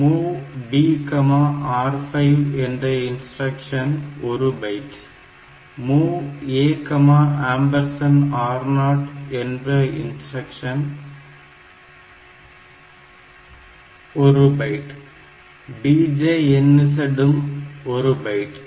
MOV BR5 என்ற instruction 1 byte MOV AR0 என்ற instruction 1 byte DJNZ உம் 1 பைட்